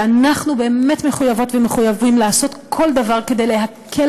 שאנחנו באמת מחויבות ומחויבים לעשות כל דבר כדי להקל